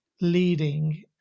leading